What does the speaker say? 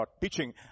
teaching